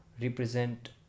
Represent